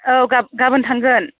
औ गाबोन थांगोन